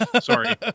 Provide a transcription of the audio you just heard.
Sorry